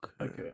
Okay